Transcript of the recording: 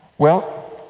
well,